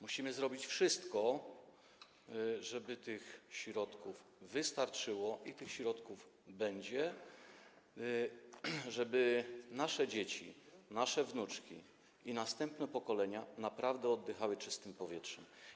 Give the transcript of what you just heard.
Musimy zrobić wszystko, żeby tych środków wystarczyło, i te środki będą, żeby nasze dzieci, nasze wnuczki i następne pokolenia naprawdę oddychały czystym powietrzem.